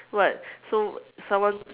what so someone